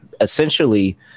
essentially